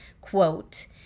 quote